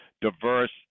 diverse